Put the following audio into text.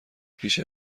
پیش